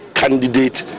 candidate